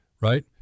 right